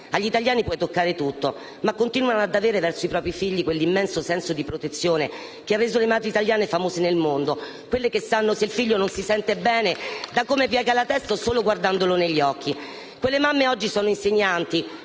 Agli italiani puoi toccare tutto, ma continuano ad avere verso i propri figli quell'immenso senso di protezione che ha reso le madri italiane famose nel mondo, quelle che sanno se il figlio non si sente bene da come piega la testa o solo guardandolo negli occhi. Quelle mamme oggi sono insegnanti,